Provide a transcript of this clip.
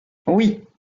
oui